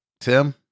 tim